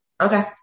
Okay